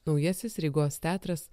naujasis rygos teatras